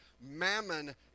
Mammon